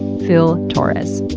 phil torres.